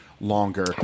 longer